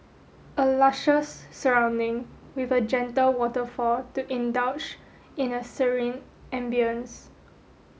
a luscious surrounding with a gentle waterfall to indulge in a serene ambience